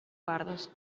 pardos